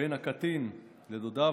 בין הקטין לדודיו.